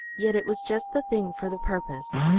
yet, it was just the thing for the purpose.